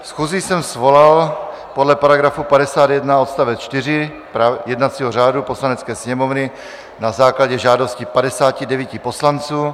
Schůzi jsem svolal podle § 51 odst. 4 jednacího řádu Poslanecké sněmovny na základě žádosti 59 poslanců.